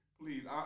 Please